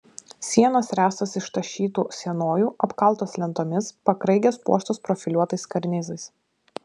sienos ręstos iš tašytų sienojų apkaltos lentomis pakraigės puoštos profiliuotais karnizais